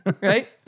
Right